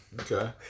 Okay